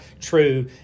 true